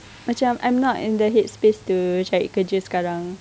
macam I'm not in the headspace to cari kerja sekarang